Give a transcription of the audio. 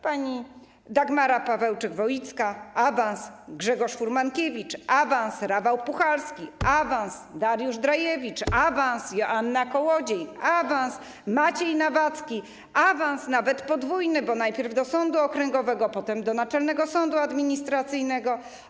Pani Dagmara Pawełczyk-Woicka - awans, Grzegorz Furmankiewicz - awans, Rafał Puchalski - awans, Dariusz Drajewicz - awans, Joanna Kołodziej - awans, Maciej Nawacki - awans, nawet podwójny, bo najpierw do sądu okręgowego, potem do Naczelnego Sądu Administracyjnego.